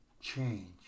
change